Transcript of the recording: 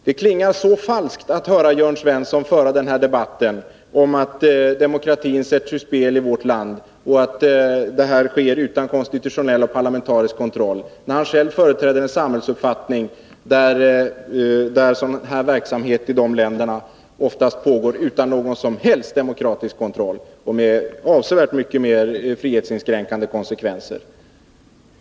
Det klingar så falskt att höra Jörn Svensson föra den här debatten om att demokratin sätts ur spel i vårt land och att detta sker utan konstitutionell eller parlamentarisk kontroll, när han själv företräder en samhällsuppfattning om personalkontroll som i de länder han åberopar kommer till uttryck utan någon som helst demokratisk kontroll och med avsevärt mycket mer frihetsinskränkande konsekvenser.